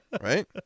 Right